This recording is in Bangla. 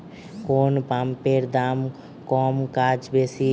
কোন পাম্পের দাম কম কাজ বেশি?